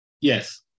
Yes